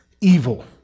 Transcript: evil